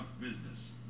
business